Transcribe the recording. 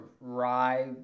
rye